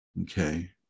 Okay